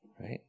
Right